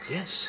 Yes